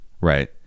right